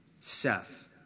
Seth